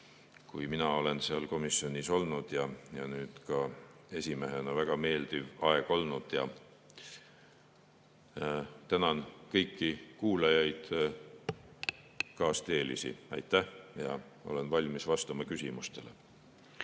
kui mina olen seal komisjonis olnud, nüüd ka esimehena. Väga meeldiv aeg on olnud. Tänan kõiki kuulajaid, kaasteelisi. Aitäh! Olen valmis küsimustele